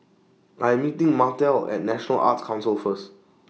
I'm meeting Martell At National Arts Council First